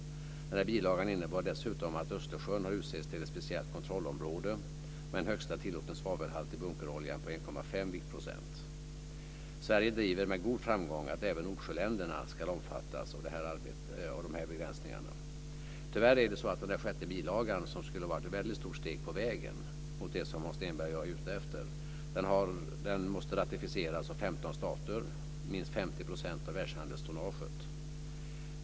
Bilagan innebar dessutom att Östersjön har utsett till ett speciellt kontrollområde med en högsta tillåten svavelhalt i bunkerolja på 1,5 viktprocent. Sverige driver med god framgång att även Nordsjöländerna ska omfattas av begränsningarna. Tyvärr måste den sjätte bilagan, som skulle vara ett stort steg på vägen mot det som Hans Stenberg och jag är ute efter, ratificeras av 15 stater, minst 50 % av världshandelstonnaget.